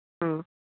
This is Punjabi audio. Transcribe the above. ਹਮ